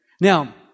Now